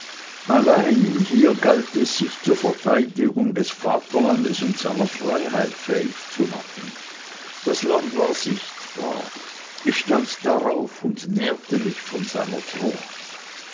allein hier galt es sich zur verteidigung des vaterlandes und seiner freiheit fähig zu machen das land war sichtbar ich stand darauf und nährte mich von seiner frucht